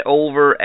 over